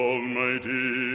Almighty